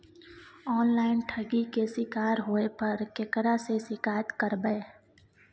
Online ठगी के शिकार होय पर केकरा से शिकायत करबै?